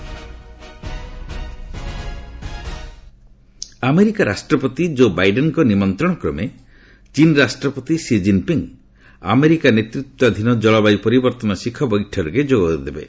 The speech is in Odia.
ଜଳବାୟୁ ପରିବର୍ତ୍ତନ ଆମେରିକା ରାଷ୍ଟ୍ରପତି ଜୋ ବାଇଡେନ୍ଙ୍କ ନିମନ୍ତ୍ରଣକ୍ରମେ ଚୀନ୍ ରାଷ୍ଟ୍ରପତି ସି ଜିନ୍ପିଙ୍ଗ୍ ଆମେରିକା ନେତୃତ୍ୱାଧୀନ ଜଳବାୟୁ ପରିବର୍ତ୍ତନ ଶିଖର ବୈଠକରେ ଯୋଗଦେବେ